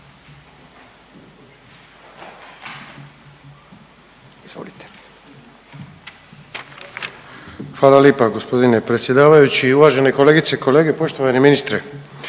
Hvala lijepa gospodine predsjedavajući. Uvažene kolegice i kolege, poštovani ministre.